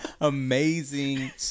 amazing